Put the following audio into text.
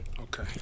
Okay